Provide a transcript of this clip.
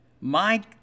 Mike